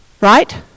right